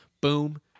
boom